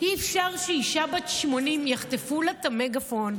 אי-אפשר שאישה בת 80, יחטפו לה את המגפון,